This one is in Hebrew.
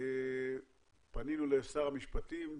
פנינו לשר המשפטים.